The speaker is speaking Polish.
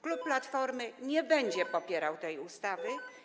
Klub Platformy nie będzie popierał tej ustawy.